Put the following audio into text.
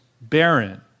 barren